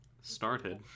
Started